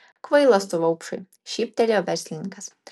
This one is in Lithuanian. kvailas tu vaupšai šyptelėjo verslininkas